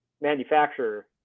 manufacturer